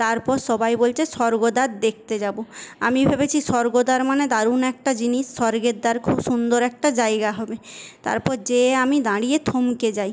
তারপর সবাই বলছে স্বর্গদ্বার দেখতে যাবো আমি ভেবেছি স্বর্গদ্বার মানে দারুন একটা জিনিস স্বর্গের দ্বার খুব সুন্দর একটা জায়গা হবে তারপর যেয়ে আমি দাঁড়িয়ে থমকে যাই